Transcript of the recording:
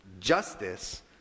justice